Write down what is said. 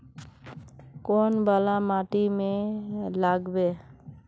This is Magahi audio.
कौन वाला माटी में लागबे?